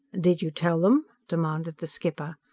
did you tell them? demanded the skipper.